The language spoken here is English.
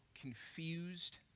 confused